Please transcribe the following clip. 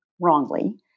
wrongly